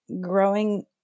growing